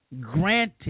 granted